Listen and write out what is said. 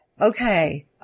Okay